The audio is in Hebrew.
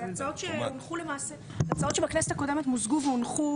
הצעות של הכנסת הקודמת שמוזגו והונחו